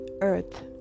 earth